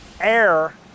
Air